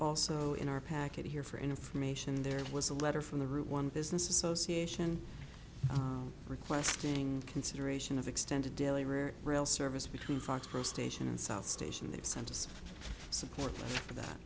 also in our packet here for information there was a letter from the root one business association requesting consideration of extended delay rare rail service between foxboro station and south station the sense of support for that